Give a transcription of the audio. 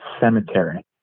Cemetery